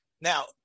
Now